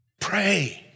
pray